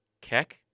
Keck